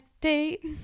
date